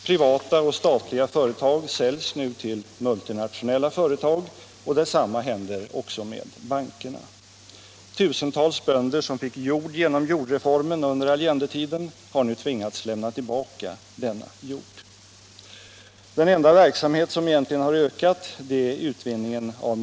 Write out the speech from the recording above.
Privata och statliga företag säljs nu till multinationella företag, och detsamma händer med bankerna. Tusentals bönder som fick jord genom jordreformen under Allendetiden har nu tvingats lämna denna jord. Utvinningen av mineraler har minskat kraftigt under juntans regim.